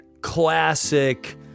classic